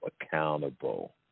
accountable